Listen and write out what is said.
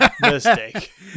Mistake